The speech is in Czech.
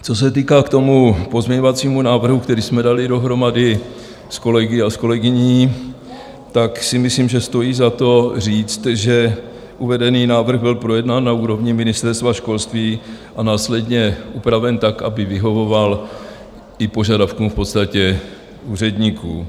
Co se týká pozměňovacího návrhu, který jsme dali dohromady s kolegy a s kolegyní, tak si myslím, že stojí za to říct, že uvedený návrh byl projednán na úrovni Ministerstva školství a následně upraven tak, aby vyhovoval v podstatě i požadavkům úředníků.